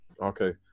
Okay